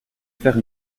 faire